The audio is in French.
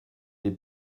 des